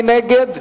מי נגד?